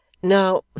now,